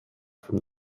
from